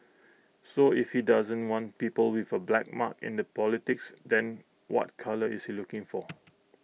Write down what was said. so if he doesn't want people with A black mark in the politics then what colour is he looking for